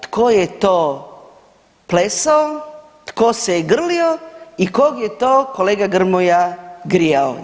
Tko je to plesao, tko se je grlio i kog je to kolega Grmoja grijao?